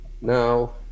Now